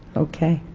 okay.